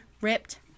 ripped